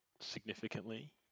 significantly